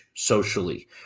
socially